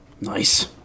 Nice